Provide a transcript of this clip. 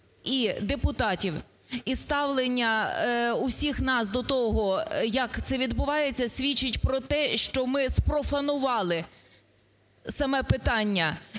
і депутатів, і ставлення у всіх нас до того, як це відбувається, свідчить про те, що ми спрофанували саме питання